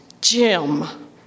Jim